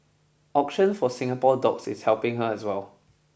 auction for Singapore dogs is helping her as well